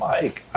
Mike